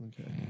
Okay